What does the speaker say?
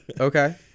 Okay